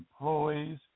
employees